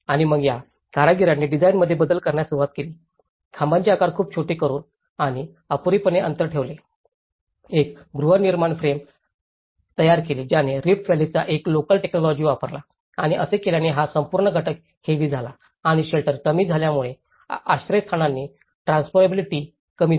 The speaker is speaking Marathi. आणि मग या कारागीरांनी डिझाइनमध्ये बदल करण्यास सुरवात केली खांबाचे आकार खूपच छोटे आणि अपुरीपणे अंतर ठेवले एक गृहनिर्माण फ्रेम तयार केली ज्याने रिफ्ट व्हॅलीचा एक लोकल टेकनॉलॉजि वापरला आणि असे केल्याने हा संपूर्ण घटक हेवी झाला आणि शेल्टर कमी झाल्यामुळे आश्रयस्थानांची ट्रान्स्पोर्टबिलिटी कमी झाली